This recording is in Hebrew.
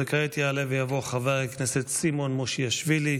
כעת יעלה ויבוא חבר הכנסת סימון מושיאשוילי.